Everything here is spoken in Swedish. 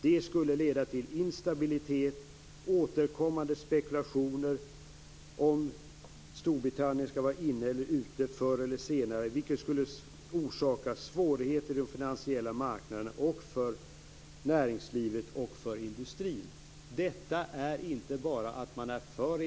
Det skulle leda till instabilitet och återkommande spekulationer om huruvida Storbritannien skall gå med eller inte och när man eventuellt skall gå med, vilket skulle orsaka svårigheter för de finansiella marknaderna, för näringslivet och för industrin. Man är inte bara för EMU.